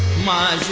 my